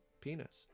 penis